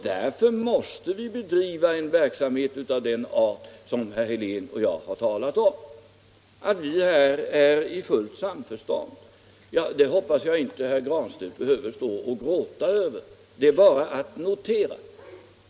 Därför måste vi bedriva en verksamhet av den art som herr Helén och jag har talat om. Att vi här är i fullt samförstånd hoppas jag att herr Granstedt inte behöver stå och gråta över — det är bara att notera.